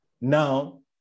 Now